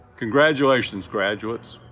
congratulations, graduates,